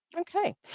Okay